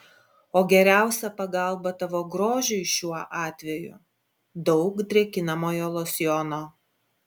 o geriausia pagalba tavo grožiui šiuo atveju daug drėkinamojo losjono